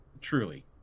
Truly